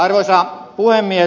arvoisa puhemies